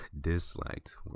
disliked